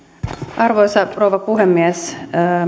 arvoisa rouva puhemies